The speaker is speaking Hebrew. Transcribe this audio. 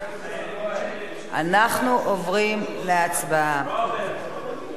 אנחנו עוברים להצבעה.